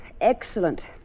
excellent